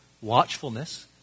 watchfulness